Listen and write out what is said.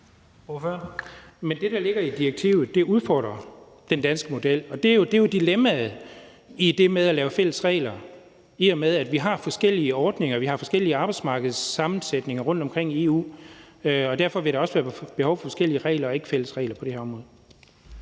Men det, der ligger i direktivet, udfordrer den danske model, og det er jo dilemmaet i det med at lave fælles regler, i og med at vi har forskellige ordninger og forskellige arbejdsmarkedssammensætninger rundtomkring i EU. Derfor vil der også være behov for forskellige regler og ikke fælles regler på det her område.